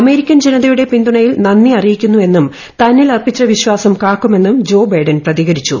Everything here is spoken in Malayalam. അമേരിക്കൻ ജനതയുടെ പിന്തുണയിൽ നന്ദി അറിയിക്കുന്നുവെന്നും തന്നിൽ അർപ്പിച്ച വിശ്വാസം കാക്കുമെന്നും ജോബൈഡൻ പ്രതികരിച്ചു